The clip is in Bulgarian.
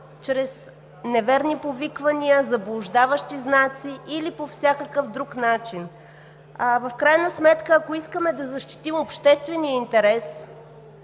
чрез неверни повиквания, заблуждаващи знаци или по всякакъв друг начин. В крайна сметка, ако искаме да защитим обществения интерес,